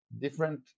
different